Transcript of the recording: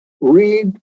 read